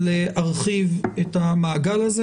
להרחיב את המעגל הזה,